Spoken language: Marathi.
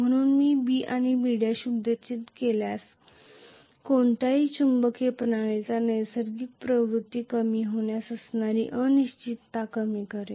म्हणून मी B आणि B' उत्तेजित केल्यास कोणत्याही चुंबकीय प्रणालीची नैसर्गिक प्रवृत्ती कमी होण्यास असणारी अनिश्चितता कमी करेल